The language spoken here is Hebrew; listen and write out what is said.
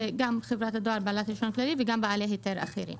זה גם חברת הדואר בעלת רישיון כללי וגם בעלי היתר אחרים.